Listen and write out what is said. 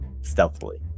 Stealthily